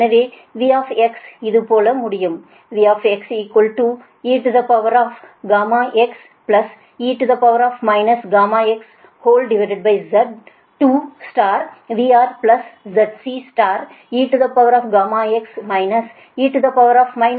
எனவே v இதுபோல முடியும் V eγxe γx2VRZCeγx e γx2IR